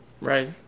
Right